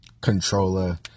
Controller